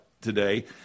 today